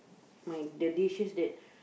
my the dishes that